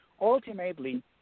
ultimately